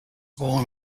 born